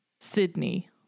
Sydney